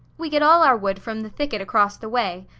we git all our wood from the thicket across the way.